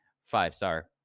five-star